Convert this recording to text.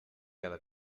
cada